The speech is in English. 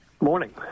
morning